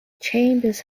chambers